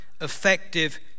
effective